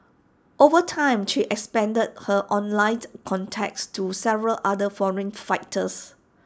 over time she expanded her online contacts to several other foreign fighters